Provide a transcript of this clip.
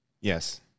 Yes